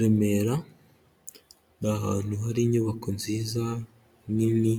Remera ni ahantu hari inyubako nziza nini,